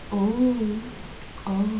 oh oh